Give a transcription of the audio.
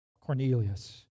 Cornelius